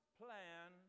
plan